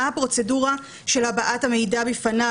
מה הפרוצדורה של הבאת המידע בפניו?